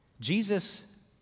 Jesus